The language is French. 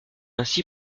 ainsi